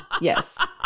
Yes